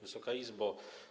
Wysoka Izbo!